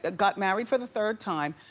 ah got married for the third time.